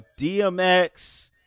DMX